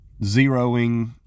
zeroing